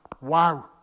wow